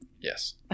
Yes